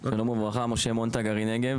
שלום וברכה, משה מונטג גרעין נגב